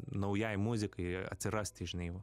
naujai muzikai atsirasti žinai